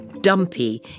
Dumpy